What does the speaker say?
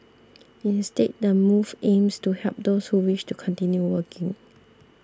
instead the move aims to help those who wish to continue working